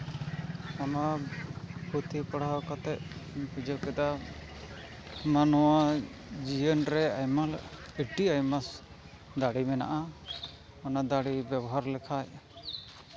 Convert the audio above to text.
ᱚᱱᱟ ᱯᱩᱛᱷᱤ ᱯᱟᱲᱦᱟᱣ ᱠᱟᱛᱮᱫ ᱵᱩᱡᱷᱟᱹᱣ ᱠᱮᱫᱟ ᱢᱟᱱᱣᱟ ᱡᱤᱭᱚᱱ ᱨᱮ ᱮᱢᱚᱱ ᱟᱹᱰᱤ ᱟᱭᱢᱟ ᱫᱟᱲᱮ ᱢᱮᱱᱟᱜᱼᱟ ᱚᱱᱟ ᱫᱟᱲᱮ ᱵᱮᱵᱚᱦᱟᱨ ᱞᱮᱠᱷᱟᱡ